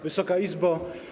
Wysoka Izbo!